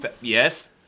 Yes